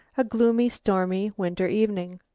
a gloomy stormy winter evening.